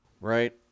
Right